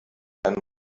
einen